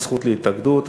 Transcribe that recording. הזכות להתאגדות,